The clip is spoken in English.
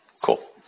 Cool